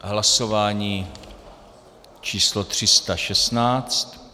Hlasování číslo 316.